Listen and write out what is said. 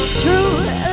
true